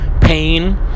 pain